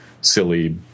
silly